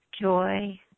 joy